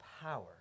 power